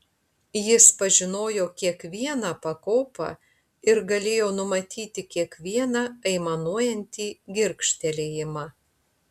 jis pažinojo kiekvieną pakopą ir galėjo numatyti kiekvieną aimanuojantį girgžtelėjimą